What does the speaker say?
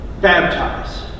baptize